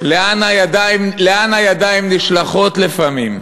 הוא בוחן שלא, לאן הידיים נשלחות לפעמים?